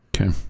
Okay